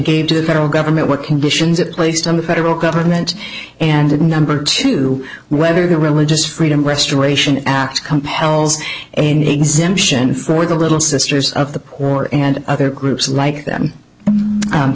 gave to the federal government what conditions it placed on the federal government and number two whether the religious freedom restoration act compels an exemption for the little sisters of the poor and other groups like them